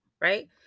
right